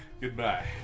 Goodbye